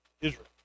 Israel